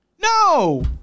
No